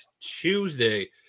Tuesday